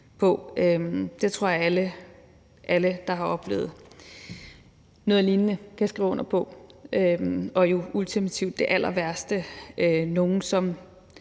på. Det tror jeg alle der har oplevet noget lignende kan skrive under på. Det er jo ultimativt det allerværste: nogen,